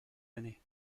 années